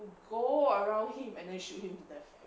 go around him and then shoot him to death